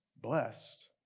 Blessed